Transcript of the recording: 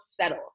settle